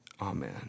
amen